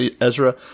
Ezra